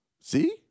See